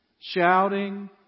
Shouting